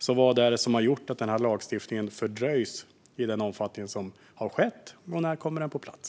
Så vad är det som har gjort att denna lagstiftning har fördröjts i den omfattning som har skett, och när kommer den på plats?